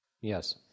Yes